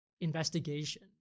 investigation